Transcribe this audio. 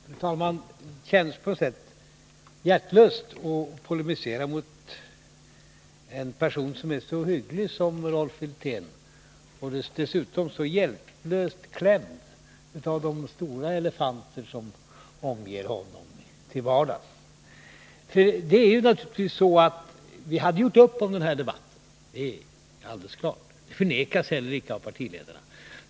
Fru talman! Det känns på något sätt hjärtlöst att polemisera mot en person som är så hygglig som Rolf Wirtén och som dessutom är så hjälplöst klämd av de stora elefanter som omger honom till vardags. Vi hade gjort upp om den här debatten — det är alldeles klart, och det förnekas inte heller av partiledarna.